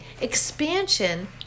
Expansion